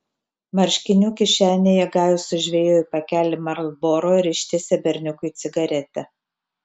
marškinių kišenėje gajus sužvejojo pakelį marlboro ir ištiesė berniukui cigaretę